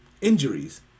injuries